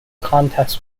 contest